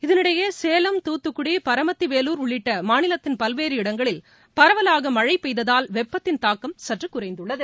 இதனிடையே சேலம் தூத்துக்குடி பரமத்தி வேலூர் உள்ளிட்ட மாநிலத்தின் பல்வேறு இடங்களில் பரவலாக மழை பெய்ததால் வெப்பத்தின் தாக்கம் சற்று குறைந்துள்ளது